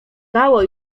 dało